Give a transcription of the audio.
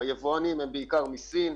היבואנים הם בעיקר מסין.